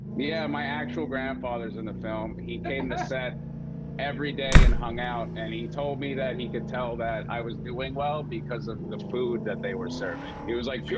yeah, my actual grandfather's in the film. he came to set every day and hung out. and he told me that he could tell that i was doing well because of the food that they were serving. he was like, peter,